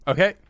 Okay